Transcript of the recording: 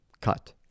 Cut